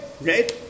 right